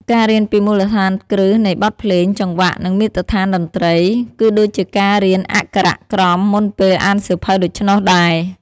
ការរៀនពី មូលដ្ឋានគ្រឹះនៃបទភ្លេង ចង្វាក់ និងមាត្រដ្ឋានតន្ត្រី គឺដូចជាការរៀនអក្ខរក្រមមុនពេលអានសៀវភៅដូច្នោះដែរ។